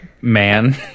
man